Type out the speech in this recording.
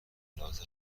اطلاعات